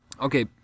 okay